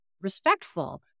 respectful